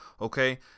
Okay